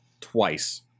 twice